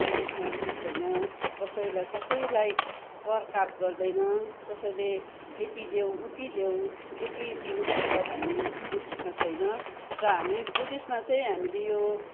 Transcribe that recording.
बुद्धिस्टमा के छैन कसैलाई कसैलाई करकाप गर्दैन कसैले यति लेउ उति लेउ यति दिनु पर्छ भन्ने बुद्धिस्टमा छैन र हामी बुद्धिस्टमा चाहिँ हामीले यो